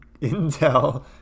intel